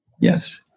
Yes